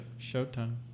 Showtime